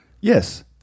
Yes